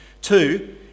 Two